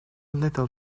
little